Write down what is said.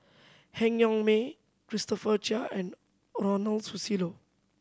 Han Yong May Christopher Chia and Ronald Susilo